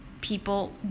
people